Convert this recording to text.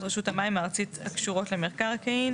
רשות המים הארצית הקשורות למקרקעין"